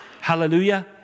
Hallelujah